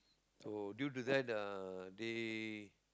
so due to that uh they